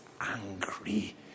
angry